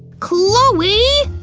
chloe!